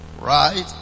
Right